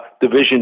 Division